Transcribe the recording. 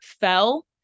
fell